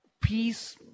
peace